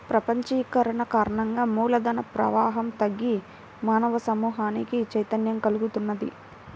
ప్రపంచీకరణ కారణంగా మూల ధన ప్రవాహం తగ్గి మానవ సమూహానికి చైతన్యం కల్గుతున్నది